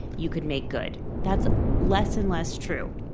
you could make good. that's less and less true.